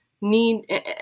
need